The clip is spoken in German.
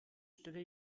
städte